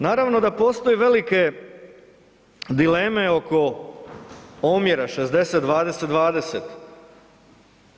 Naravno da postoje velike dileme oko omjera 60:20:20.